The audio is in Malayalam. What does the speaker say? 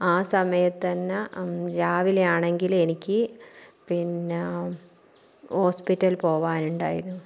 ആ സമയത്ത് അന്ന രാവിലെ ആണെങ്കിൽ എനിക്ക് പിന്നെ ഹോസ്പിറ്റലിൽ പോകാൻ ഉണ്ടായിരുന്നു